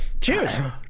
Cheers